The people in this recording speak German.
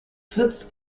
fritz